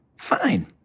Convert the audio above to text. Fine